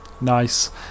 Nice